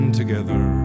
together